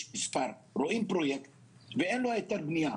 רואים פרויקט ואין לו היתר בניה,